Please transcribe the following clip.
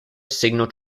signal